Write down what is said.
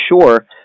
sure